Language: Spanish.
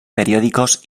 periódicos